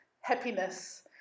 happiness